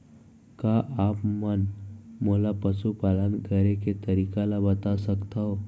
का आप मन मोला पशुपालन करे के तरीका ल बता सकथव?